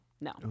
no